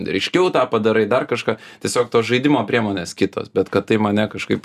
ryškiau tą padarai dar kažką tiesiog tos žaidimo priemonės kitos bet kad tai mane kažkaip